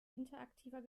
interaktiver